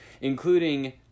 including